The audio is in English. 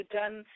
done